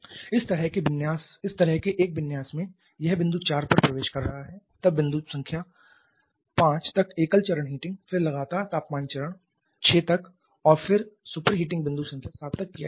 इस तरह के एक विन्यास में यह बिंदु 4 पर प्रवेश कर रहा है तब बिंदु संख्या 5 तक एकल चरण हीटिंग फिर लगातार तापमान चरण 6 तक और फिर सुपर हीटिंग बिंदु संख्या 7 तक किया जाता है